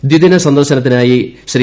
ദ്വിദിന സന്ദർശനത്തിനാറ്റി ശ്രീ